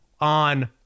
on